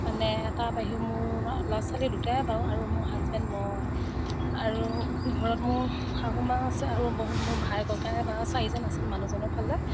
মানে তাৰ বাহিৰেও মোৰ ল'ৰা ছোৱালী দুটাই বাৰু আৰু মোৰ হাজবেণ মই আৰু ঘৰত মোৰ শাহুমাও আছে আৰু বহুত মোৰ ভাই ককাই বা চাৰিজন আছে মানুহজনৰ ফালে